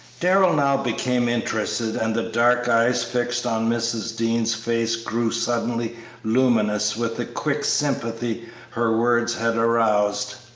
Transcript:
darrell now became interested, and the dark eyes fixed on mrs. dean's face grew suddenly luminous with the quick sympathy her words had aroused.